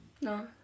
No